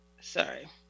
Sorry